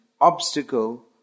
obstacle